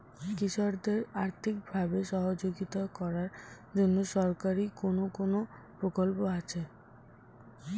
কৃষকদের আর্থিকভাবে সহযোগিতা করার জন্য সরকারি কোন কোন প্রকল্প আছে?